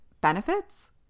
benefits